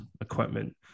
equipment